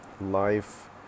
life